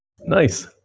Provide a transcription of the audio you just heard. Nice